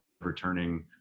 returning